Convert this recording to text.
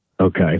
Okay